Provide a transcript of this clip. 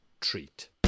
treat